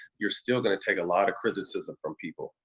you're still gonna take a lot of criticism from people.